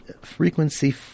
Frequency